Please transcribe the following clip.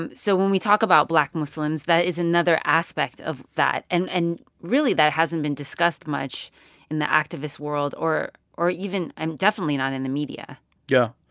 and so when we talk about black muslims, that is another aspect of that. and and really, that hasn't been discussed much in the activist world or or even and definitely not in the media yeah.